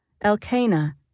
Elkanah